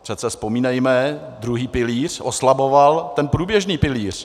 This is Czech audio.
Přece vzpomínejme, druhý pilíř oslaboval ten průběžný pilíř.